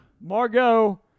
Margot